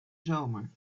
zomer